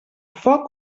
foc